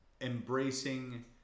embracing